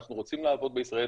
אנחנו רוצים לעבוד בישראל